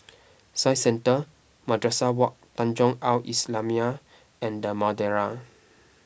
Science Centre Madrasah Wak Tanjong Al Islamiah and the Madeira